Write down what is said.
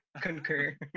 Concur